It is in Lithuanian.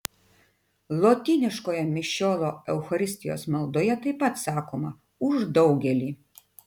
lotyniškojo mišiolo eucharistijos maldoje taip pat sakoma už daugelį